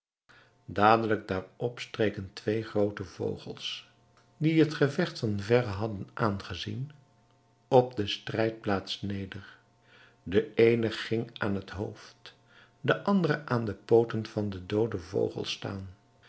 dadelijk daarop streken twee groote vogels die het gevecht van verre hadden aangezien op de strijdplaats neder de eene ging aan het hoofd de andere aan de pooten van den dooden vogel staan